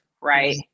right